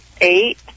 Eight